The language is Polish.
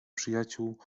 przyjaciół